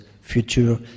future